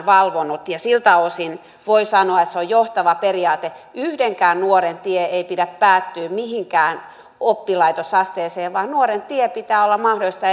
valvonut ja siltä osin voi sanoa että se on johtava periaate yhdenkään nuoren tien ei pidä päättyä mihinkään oppilaitosasteeseen vaan nuoren tien pitää olla mahdollista